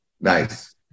nice